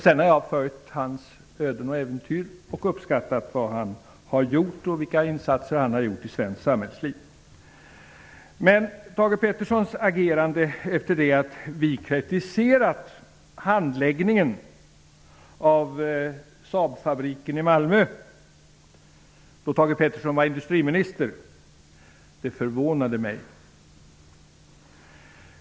Sedan har jag följt Thage Petersons öden och äventyr och uppskattat hans insatser i svenskt samhällsliv. Men Thage Petersons agerande efter det att vi kritiserat handläggningen av frågan om Saabfabriken i Malmö, då Thage Peterson var industriminister, förvånade mig.